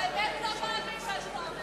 אתה באמת לא מאמין למה שאתה אומר, נכון?